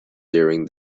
during